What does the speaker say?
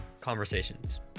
conversations